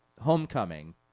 Homecoming